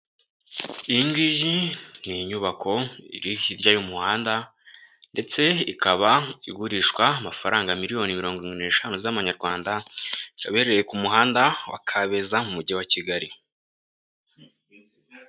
Iyi ngiyi ni inyubako iri hirya y'umuhanda ndetse ikaba igurishwa amafaranga miliyoni mirongo irindwi n'eshanu z'amanyarwanda, ikaba ihereye ku muhanda wa Kabeza mu mujyi wa Kigali.